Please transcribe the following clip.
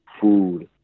food